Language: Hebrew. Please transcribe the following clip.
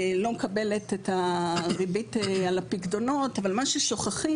ולא מקבלת את הריבית על הפיקדונות, אבל מה ששוכחים